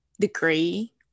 degree